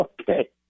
Okay